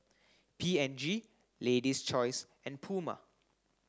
P and G Lady's Choice and Puma